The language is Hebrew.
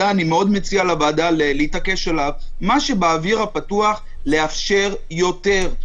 מציע לוועדה להתעקש עליו לאפשר יותר,